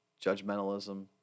judgmentalism